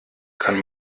kann